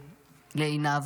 לעינב,